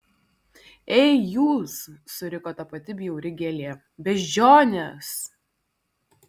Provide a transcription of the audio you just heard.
ei jūs suriko ta pati bjauri gėlė beždžionės